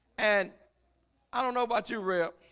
and i don't know about you rep